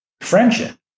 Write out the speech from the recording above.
Friendship